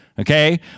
Okay